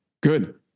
good